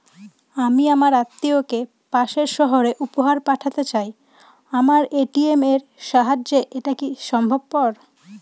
আমি আমার আত্মিয়কে পাশের সহরে উপহার পাঠাতে চাই আমার এ.টি.এম এর সাহায্যে এটাকি সম্ভবপর?